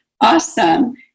Awesome